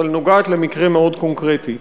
אבל נוגעת למקרה מאוד קונקרטי.